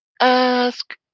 Ask